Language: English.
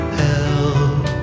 help